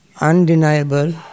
undeniable